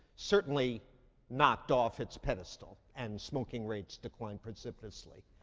certainly knocked off its pedestal and smoking rates decline precipitously.